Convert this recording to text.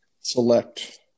select